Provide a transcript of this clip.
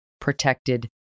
protected